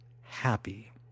happy